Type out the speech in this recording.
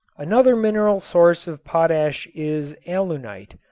another mineral source of potash is alunite,